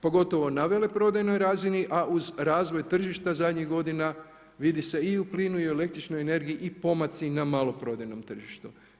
Pogotovo na veleprodajnoj razini a uz razvoj tržišta zadnjih godina vidi se i u plinu i u električnoj energiji i pomaci na maloprodajnom tržištu.